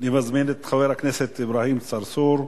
אני מזמין את חבר הכנסת אברהים צרצור,